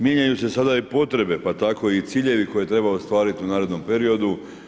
Mijenjaju se sada i potrebe pa tako i ciljevi koje treba ostvariti u narednom periodu.